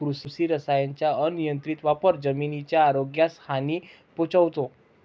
कृषी रसायनांचा अनियंत्रित वापर जमिनीच्या आरोग्यास हानी पोहोचवतो